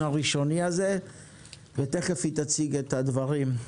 הראשוני הזה ותכף היא תציג את הדברים.